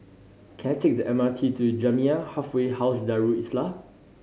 can I take the M R T to Jamiyah Halfway House Darul Islah